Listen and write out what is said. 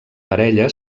parella